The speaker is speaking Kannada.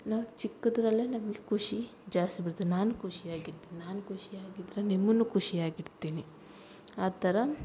ನಾವು ಚಿಕ್ಕದ್ರಲ್ಲೇ ನಮಗೆ ಖುಷಿ ಜಾಸ್ತಿ ಬರ್ತದೆ ನಾನು ಖುಷಿ ಆಗಿರ್ತೀನಿ ನಾನು ಖುಷಿ ಆಗಿದ್ದರೆ ನಿಮ್ಮನ್ನು ಖುಷಿಯಾಗಿಡ್ತಿನಿ ಆ ಥರ